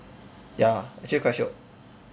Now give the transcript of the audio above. ya actually quite shiok